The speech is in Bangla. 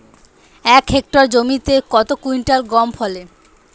এক হেক্টর জমিতে কত কুইন্টাল গম ফলে?